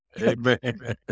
Amen